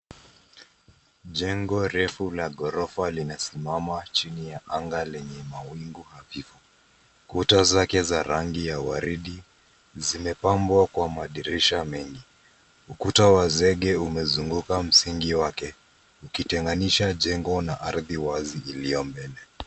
Jengo refu la ghorofa linasimama chini ya anga lenye mawingu hafifu kuta zake za rangi ya waridi zimepambwa kwa madirisha mengi. Ukuta wa zege umezunguka msingi wake ukitenganisha jengo na radhi wazi iliyo mbele.